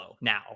now